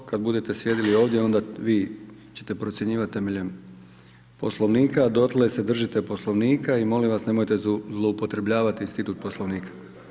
Kad budete sjedili ovdje, onda vi, ćete procjenjivati temeljem Poslovnika, a dotle se držite Poslovnika i molim vas nemojte zloupotrjebljavati institut poslovnika.